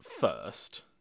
first